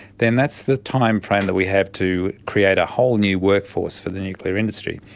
then that's the time frame that we have to create a whole new workforce for the nuclear industry.